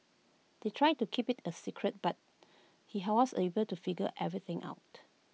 they tried to keep IT A secret but he was able to figure everything out